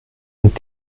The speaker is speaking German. und